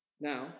Now